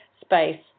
space